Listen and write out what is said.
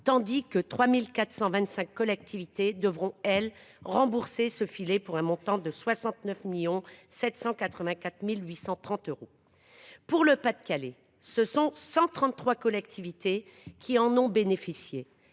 tandis que 3 425 collectivités devront rembourser ce filet, pour un montant de 69 784 830 euros. Pour le Pas de Calais, ce sont 133 collectivités qui en ont bénéficié,